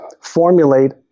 formulate